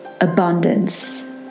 abundance